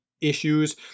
issues